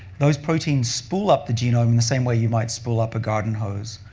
those proteins spool up the genome in the same way you might spool up a garden hose.